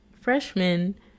freshman